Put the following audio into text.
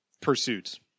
pursuits